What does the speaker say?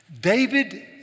David